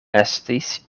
estis